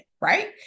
right